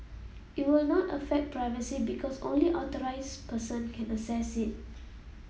it will not affect privacy because only authorised person can access it